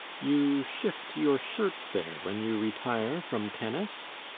you shift your shirt there, when you retire from tennis?